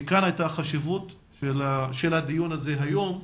מכאן הייתה חשיבות הדיון הזה היום,